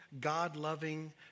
God-loving